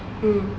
hmm